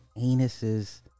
anuses